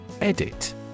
Edit